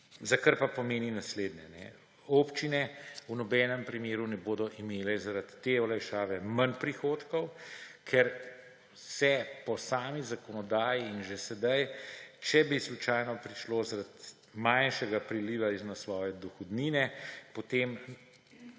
kar pa pomeni naslednje. Občine v nobenem primeru ne bodo imele zaradi te olajšave manj prihodkov, ker po sami zakonodaji in že sedaj, če bi slučajno prišlo zaradi manjšega priliva z naslova dohodnine, potem